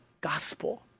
gospel